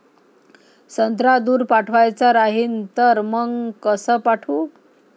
संत्रा दूर पाठवायचा राहिन तर मंग कस पाठवू?